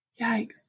yikes